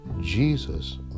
Jesus